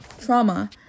trauma